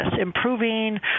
improving